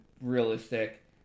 realistic